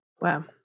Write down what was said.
Wow